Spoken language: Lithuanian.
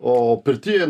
o pirty